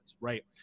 right